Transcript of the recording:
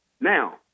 Now